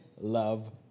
Love